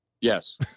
Yes